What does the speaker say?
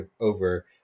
over